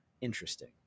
interesting